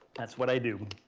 that's what i do.